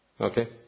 Okay